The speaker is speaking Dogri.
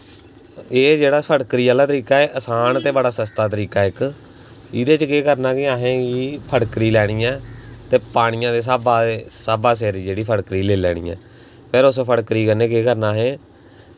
एह् जेह्ड़ा फटकरी आह्ला तरीके ऐ एह् आसान ते बड़ा सस्ता तरीका इक इ'दे च केह् करना कि असें फटकरी लैनी ऐ ते पानियां दे स्हाबा सिर जेह्ड़ी फटकरी लेई लैनी ऐ खीर उस फटकरी कन्नै केह् करना असें